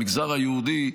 במגזר היהודי,